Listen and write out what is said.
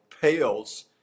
pales